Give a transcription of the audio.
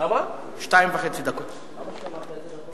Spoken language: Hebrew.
קראתי אותך פעם שנייה.